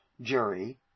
jury